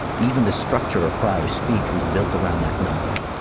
even the structure of prior's speech was built around that number.